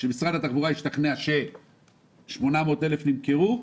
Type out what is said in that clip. כשמשרד התחבורה ישתכנע ש-800,000 נמכרו,